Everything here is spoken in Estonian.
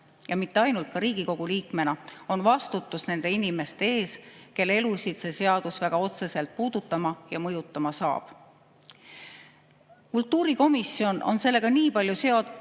ja mitte ainult, ka Riigikogu liikmena – on vastutus nende inimeste ees, kelle elusid see seadus väga otseselt puudutama ja mõjutama hakkab. Kultuurikomisjon on sellega nii palju seotud,